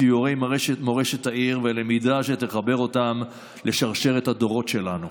לסיורי מורשת העיר וללמידה שתחבר אותם לשרשרת הדורות שלנו.